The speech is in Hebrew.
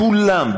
כולם,